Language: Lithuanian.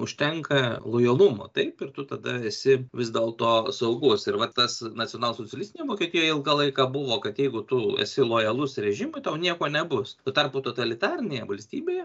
užtenka lojalumo taip ir tu tada esi vis dėlto saugus ir va tas nacionalsocialistinėj vokietijoj ilgą laiką buvo kad jeigu tu esi lojalus režimui tau nieko nebus tuo tarpu totalitarinėje valstybėje